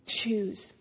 choose